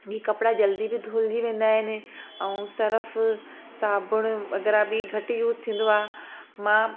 की कपिड़ा जल्दी बि धुलिजी वेंदा आहिनि ऐं सरफ साबुण वग़ैरह बि घटि यूस थींदो आहे मां